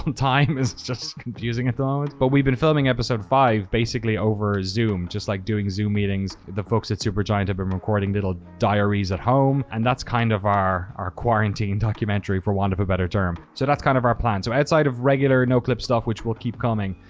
um time is just confusing at the moment, but we've been filming episode five basically over zoom, just like doing zoom meetings. the folks at supergiant had been recording little diaries at home and that's kind of our our quarantine documentary, for want of a better term. so that's kind of our plan. so outside of regular noclip stuff, which will keep coming,